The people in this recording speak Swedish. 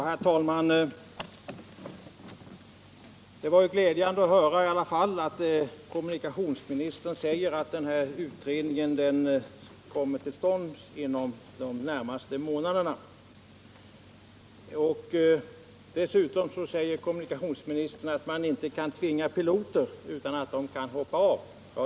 Herr talman! Det var i alla fall glädjande att kommunikationsministern säger att utredningen kommer till stånd inom de närmaste månaderna. Dessutom säger kommunikationsministern att man inte kan tvinga piloterna, utan att de kan ”hoppa av”.